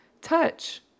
Touch